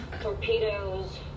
Torpedoes